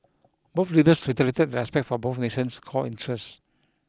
both leaders reiterated their respect for both nation's core interests